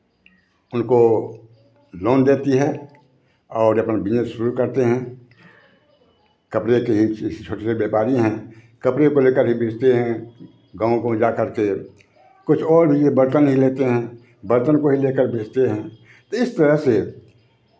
उनको लोन देती है और ये अपना बिज़नेस शुरू करते हैं कपड़े के ही ऐसे छोटे छोटे व्यापारी हैं कपड़े को लेकर ही बेचते हैं गाँव गाँव जाकर के कुछ और भी ये बर्तन ही लेते हैं बर्तन को ही लेकर बेचते हैं ताे इस तरह से